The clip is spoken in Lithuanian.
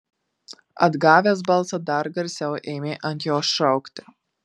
atgavęs balsą dar garsiau ėmė ant jos šaukti